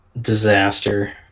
disaster